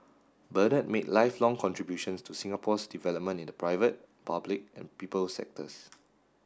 Bernard made lifelong contributions to Singapore's development in the private public and people sectors